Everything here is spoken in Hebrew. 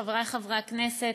חברי חברי הכנסת,